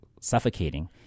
suffocating